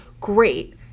great